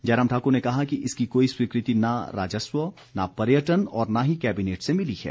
जयराम ठाकुर ने कहा कि इसकी कोई स्वीकृति न राजस्व न पर्यटन और न ही केबिनेट से मिली है